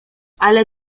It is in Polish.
ale